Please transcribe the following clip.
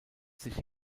sich